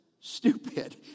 stupid